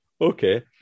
Okay